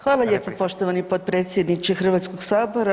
Hvala lijepo poštovani potpredsjedniče Hrvatskog sabora.